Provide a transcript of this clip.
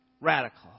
radical